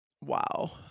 Wow